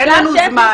אין לנו זמן.